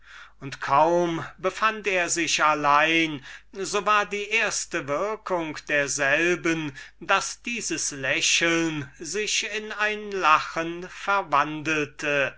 und kaum befand er sich allein so war die erste würkung derselben daß dieses lächeln sich in ein lachen verwandelte